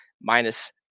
minus